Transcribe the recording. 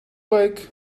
like